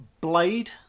Blade